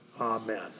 amen